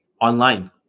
online